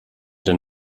den